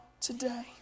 today